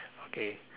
okay